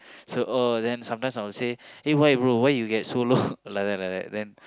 so oh then sometimes I will say eh why bro why you get so low like that like that then